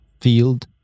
field